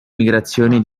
migrazioni